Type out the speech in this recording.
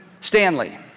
Stanley